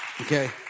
Okay